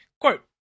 Quote